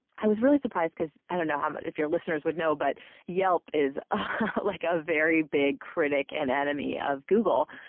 i was really surprised because i don't know um but if if your listeners would know but yelp is a like ah very big critic and enemy of google.